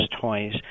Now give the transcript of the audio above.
toys